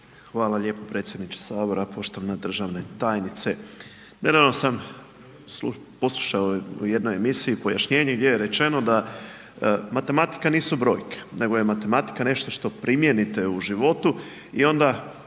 Hvala lijepa. Predsjedniče Sabora poštovana državna tajnice. Nedavno sam poslušao u jednoj emisiji pojašnjenje gdje je rečeno da matematika nisu brojke nego je matematika nešto što primijenite u životu i onda